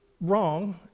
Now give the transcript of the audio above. wrong